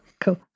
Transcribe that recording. Cool